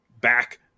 back